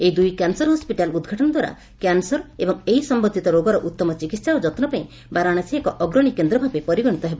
ଏହି ଦୁଇ cancer hospital ଉଦ୍ଘାଟନ ଦ୍ୱାରା କ୍ୟାନସର ଏବଂ ଏହି ସମ୍ଭନ୍ଧିତ ରୋଗର ଉତ୍ତମ ଚିକିତ୍ସା ଓ ଯତ୍ର ପାଇଁ ବାରଣାସୀ ଏକ ଅଗ୍ରଶୀ କେନ୍ଦ୍ରଭାବେ ପରିଗଣିତ ହେବ